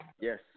Yes